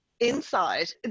inside